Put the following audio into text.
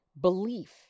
belief